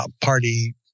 party